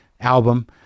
album